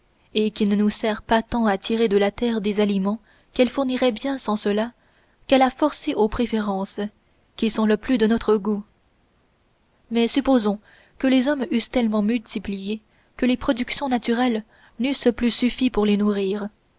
et qui ne nous sert pas tant à tirer de la terre des aliments qu'elle fournirait bien sans cela qu'à la forcer aux préférences qui sont le plus de notre goût mais supposons que les hommes eussent tellement multiplié que les productions naturelles n'eussent plus suffi pour les nourrir